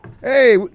Hey